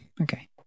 Okay